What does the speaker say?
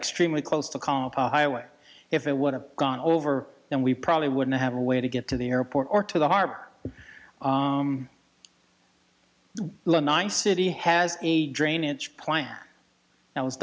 extremely close to a highway if it would have gone over and we probably wouldn't have a way to get to the airport or to the harbor law nicety has a drainage plan that was